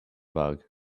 bug